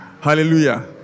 Hallelujah